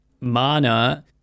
mana